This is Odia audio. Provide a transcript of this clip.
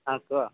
ହଁ କୁହ